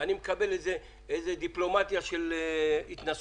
אני מקבל דיפלומטיה של התנסחויות,